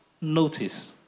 notice